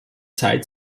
zeit